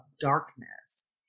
darkness